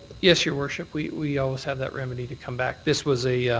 yes, your worship. we always have that remedy to come back. this was a